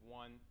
one